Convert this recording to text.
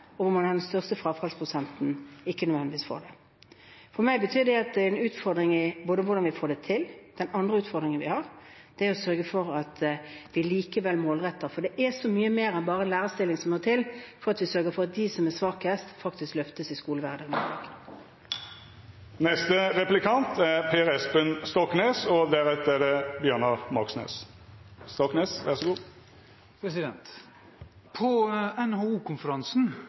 og hvor man har den største frafallsprosenten, ikke nødvendigvis får det. Det betyr for meg at det blir en utfordring å få det til. Den andre utfordringen vi har, er å sørge for at vi likevel målretter, for det er så mye mer enn bare lærerstillinger som må til for å sørge for at de som er svakest, faktisk løftes i skolehverdagen. På NHO-konferansen sa statsministeren at klimapolitikken blir betydelig skjerpet framover. Nå har statsministeren fire år bak seg, og